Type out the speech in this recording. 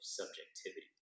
subjectivity